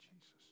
Jesus